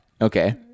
okay